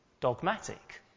dogmatic